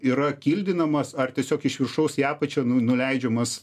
yra kildinamas ar tiesiog iš viršaus į apačią nuleidžiamas